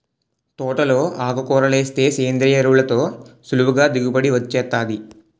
తోటలో ఆకుకూరలేస్తే సేంద్రియ ఎరువులతో సులువుగా దిగుబడి వొచ్చేత్తాది